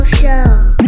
show